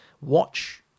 Watch